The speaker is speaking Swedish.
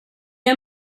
har